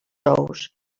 ous